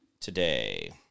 today